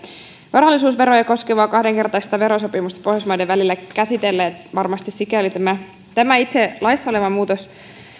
varallisuusveroja koskevaa kahdenkertaista verosopimusta pohjoismaiden välillä käsitellä varmasti sikäli tämä itse laissa oleva muutos